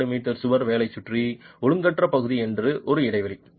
2 metre சுவர் பேனலைச் சுற்றி ஒழுங்கற்ற பகுதி என்பது ஒரு இடைவெளி